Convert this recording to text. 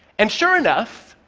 and sure enough,